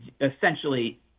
essentially